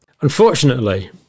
Unfortunately